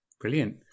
Brilliant